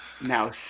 Now